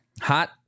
Hot